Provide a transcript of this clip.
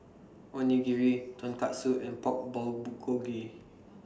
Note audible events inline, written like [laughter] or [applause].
Onigiri Tonkatsu and Pork [unintelligible]